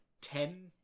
ten